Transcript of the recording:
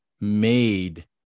made